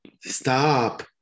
Stop